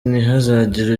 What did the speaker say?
ntihazagire